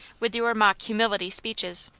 with your mock humility speeches.